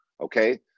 okay